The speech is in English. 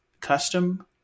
custom